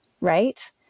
Right